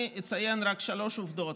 אני אציין רק שלוש עובדות.